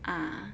ah